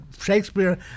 Shakespeare